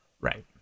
right